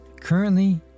Currently